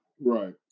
Right